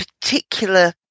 particular